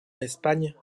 espagne